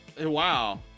Wow